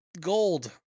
gold